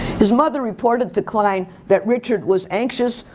his mother reported to klein that richard was anxious,